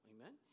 Amen